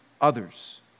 others